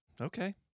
Okay